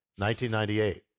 1998